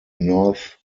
north